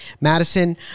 Madison